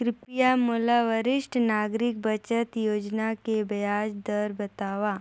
कृपया मोला वरिष्ठ नागरिक बचत योजना के ब्याज दर बतावव